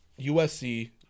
USC